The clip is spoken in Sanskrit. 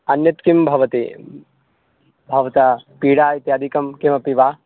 अन्यत् किं भवति भवतः पीडा इत्यादिकं किमपि वा